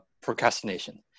procrastination